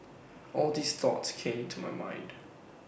all these thoughts came to my mind